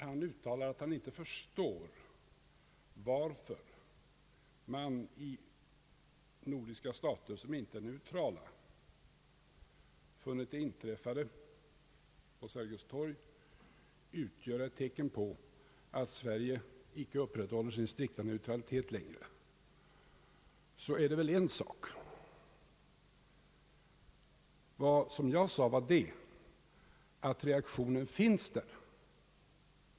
Han uttalar att han inte förstår varför man i nordiska stater, som inte är neutrala, funnit det som inträffade på Sergels torg utgöra ett tecken på att Sverige inte längre upprätthåller sin strikta neutralitet. Det är en sak. Vad jag sade var, att reaktionen finns där.